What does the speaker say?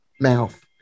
mouth